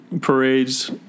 parades